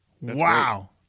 Wow